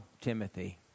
Timothy